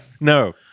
No